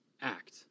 act